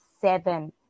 seven